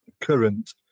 current